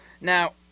Now